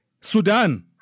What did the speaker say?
Sudan